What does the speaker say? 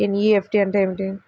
NEFT అంటే ఏమిటీ?